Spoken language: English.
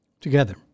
Together